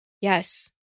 Yes